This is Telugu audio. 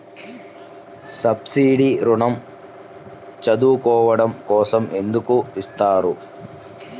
సబ్సీడీ ఋణం చదువుకోవడం కోసం ఎందుకు ఇస్తున్నారు?